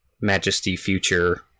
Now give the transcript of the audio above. majesty-future